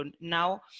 now